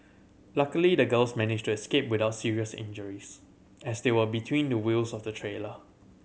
luckily the girls managed to escape without serious injuries as they were between the wheels of the trailer